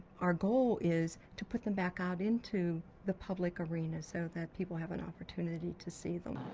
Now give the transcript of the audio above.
our goal is to put them back out into the public arena so that people have an opportunity to see them.